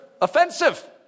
offensive